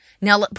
Now